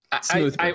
Smooth